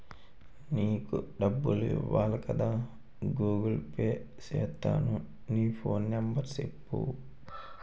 నీకు డబ్బులు ఇవ్వాలి కదా గూగుల్ పే సేత్తాను నీ ఫోన్ నెంబర్ సెప్పు